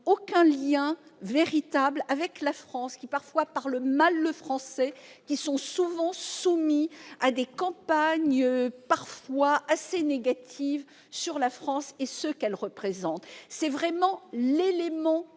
aucun lien véritable avec la France, qui parfois parlent mal le français et qui peuvent être soumis à des campagnes assez négatives sur la France et ce qu'elle représente. Le présent amendement